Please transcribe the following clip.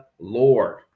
Lord